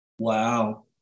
Wow